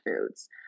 foods